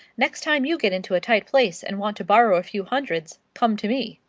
next time you get into a tight place and want to borrow a few hundreds, come to me.